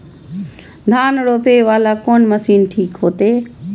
धान रोपे वाला कोन मशीन ठीक होते?